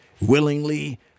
willingly